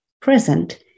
present